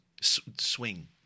swing